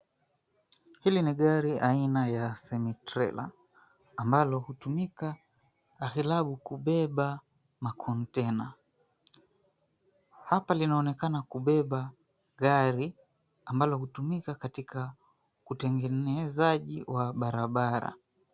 Hili ni gari aina ya Semi Trailer ambalo hutumika aghalabu kubeba makontena. Hapa linaonekana kubeba gari ambalo hutumika katika utengenezaji wa barabara.